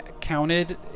counted